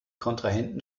kontrahenten